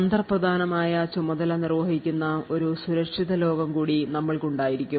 തന്ത്രപ്രധാനമായ ചുമതല നിർവഹിക്കുന്ന ഒരു സുരക്ഷിത ലോകം കൂടി നമ്മൾക്കു ഉണ്ടായിരിക്കും